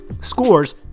scores